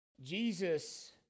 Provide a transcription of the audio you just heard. Jesus